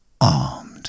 armed